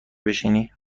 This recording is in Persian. بشینی